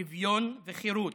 שוויון וחירות,